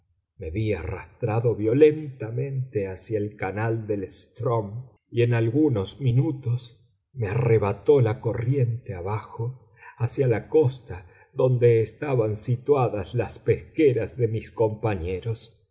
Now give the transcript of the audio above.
me vi arrastrado violentamente hacia el canal del strm y en algunos minutos me arrebató la corriente abajo hacia la costa donde estaban situadas las pesqueras de mis compañeros